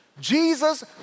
Jesus